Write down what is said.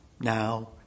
now